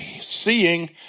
seeing